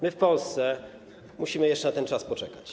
My w Polsce musimy jeszcze na ten czas poczekać.